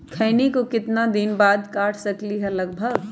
खैनी को कितना दिन बाद काट सकलिये है लगभग?